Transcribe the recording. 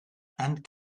and